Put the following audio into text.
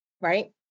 right